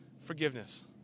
forgiveness